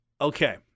Okay